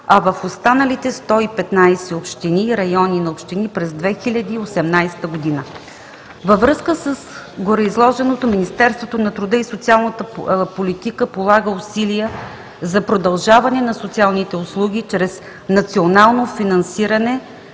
а в останалите 115 общини и райони на общини през 2018 г. Във връзка с гореизложеното Министерството на труда и социалната политика полага усилия за продължаване на социалните услуги чрез национално финансиране,